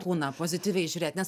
kūną pozityviai žiūrėt nes